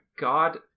god